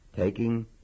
Taking